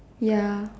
ya